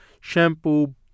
shampoo